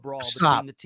stop